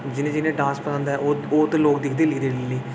जि'नें जि'नें डांस पसंद ऐ होर ते लोक दिखदे गै दिखदे